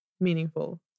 meaningful